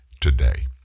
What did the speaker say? today